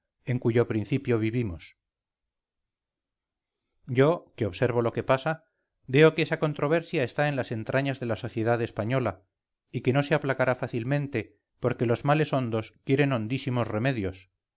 en cuyo principio vivimos yo que observo lo que pasa veo que esa controversia está en las entrañas de la sociedad española y que no se aplacará fácilmente porque los males hondos quieren hondísimos remedios